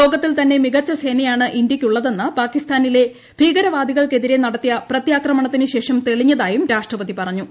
ലോകത്തിൽ തന്നെ മികച്ച സേനയാണ് ഇന്തൃയ്ക്കുള്ളതെന്ന് പാകിസ്ഥാനിലെ ഭീകരവാദികൾക്കെതിരെ നടത്തിയ പ്രത്യാക്രമണത്തിന് ശേഷം തെളിഞ്ഞതായും രാഷ്ട്രപതി പറഞ്ഞു